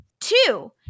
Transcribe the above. Two